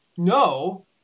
No